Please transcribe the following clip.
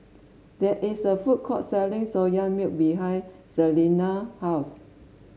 there is a food court selling Soya Milk behind Celena's house